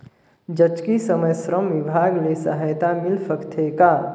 जचकी समय श्रम विभाग ले सहायता मिल सकथे का?